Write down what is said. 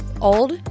old